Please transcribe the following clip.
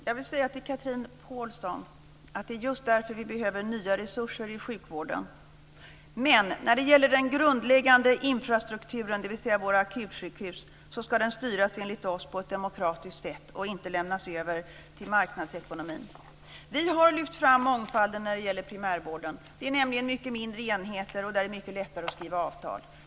Fru talman! Chatrine Pålsson, det är just därför som vi behöver nya resurser i sjukvården. Men när det gäller den grundläggande infrastrukturen, dvs. våra akutsjukhus, ska det enligt vår uppfattning styras på ett demokratiskt sätt - man får inte lämna över till marknadsekonomin. Vi har lyft fram mångfalden i primärvården. Där är det nämligen mycket mindre enheter och mycket lättare att skriva avtal.